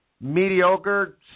Mediocre